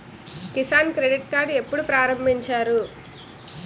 Kisan credit card ఎప్పుడు ప్రారంభించారు?